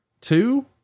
two